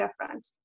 different